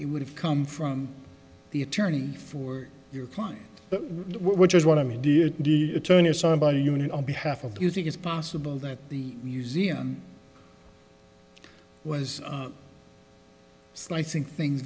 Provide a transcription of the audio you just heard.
you would have come from the attorney for your client which is what i mean did the attorney or somebody union on behalf of you think it's possible that the museum was slicing things